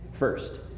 First